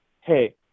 hey